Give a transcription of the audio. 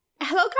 Hello